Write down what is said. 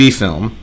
film